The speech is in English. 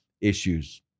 issues